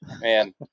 Man